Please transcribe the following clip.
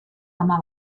ama